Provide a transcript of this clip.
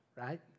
right